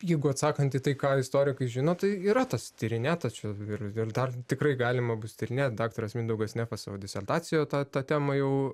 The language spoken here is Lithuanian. jeigu atsakant į tai ką istorikai žino tai yra tas tyrinėta čia ir ir dar tikrai galima bus tyrinėt daktaras mindaugas nefas savo disertacijoje tą tą temą jau